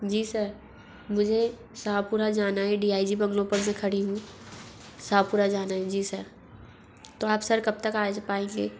जी sir मुझे शाहपुरा जाना है डी आई जी बंगलो पर मैं खड़ी हूँ शाहपुरा जाना है जी सर तो आप सर कब तक आ पाएंगे